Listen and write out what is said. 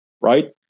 right